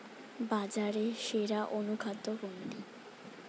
বাজারে সেরা অনুখাদ্য কোনটি?